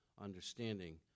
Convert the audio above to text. understanding